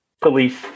police